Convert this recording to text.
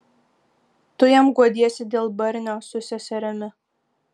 tu jam guodiesi dėl barnio su seserimi